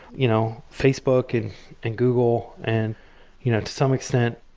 you know facebook, and and google, and you know to some extent,